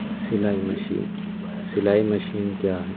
سلائی مشین سلائی مشین کیا ہے